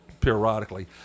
periodically